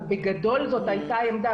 ובגדול זאת הייתה עמדה,